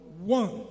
one